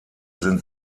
sind